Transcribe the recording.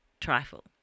trifle